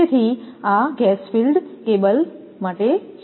તેથી આ gas filled cable માટે છે